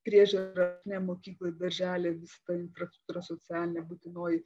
priežiūra ar ne mokyklai darželiai visa tą infrastruktūra socialinė būtinoji